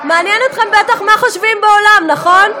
מעניין אתכם בטח מה חושבים בעולם, נכון?